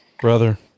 brother